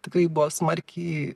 tikrai buvo smarkiai